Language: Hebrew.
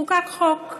חוקק חוק.